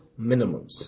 minimums